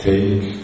take